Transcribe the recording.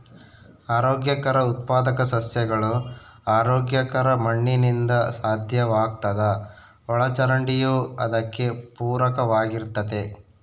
ಆರೋಗ್ಯಕರ ಉತ್ಪಾದಕ ಸಸ್ಯಗಳು ಆರೋಗ್ಯಕರ ಮಣ್ಣಿನಿಂದ ಸಾಧ್ಯವಾಗ್ತದ ಒಳಚರಂಡಿಯೂ ಅದಕ್ಕೆ ಪೂರಕವಾಗಿರ್ತತೆ